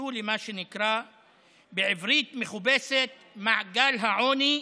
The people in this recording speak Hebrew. נכנסו למה שנקרא בעברית מכובסת "מעגל העוני"